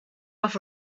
off